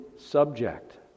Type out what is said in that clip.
subject